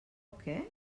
què